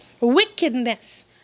wickedness